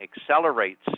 accelerates